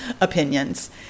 opinions